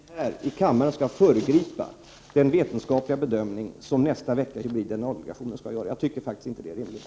Herr talman! Jag anser att det är orimligt att vi här i kammaren skall föregripa den vetenskapliga bedömning som hybrid-DNA-delegationen skall göra i nästa vecka. Jag tycker faktiskt inte att det är rimligt.